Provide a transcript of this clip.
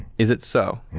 is it so?